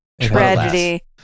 Tragedy